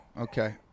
Okay